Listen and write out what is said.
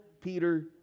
Peter